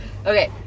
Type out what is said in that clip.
Okay